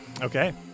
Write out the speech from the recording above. okay